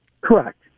Correct